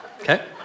Okay